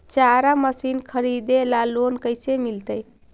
चारा मशिन खरीदे ल लोन कैसे मिलतै?